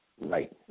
right